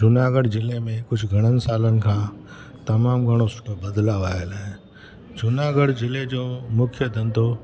जूनागढ़ ज़िले में कुझु घणनि सालनि खां तमामु घणो सुठो बदिलाउ आयल आहे जूनागढ़ ज़िले जो मुख्य धंदो